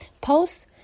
posts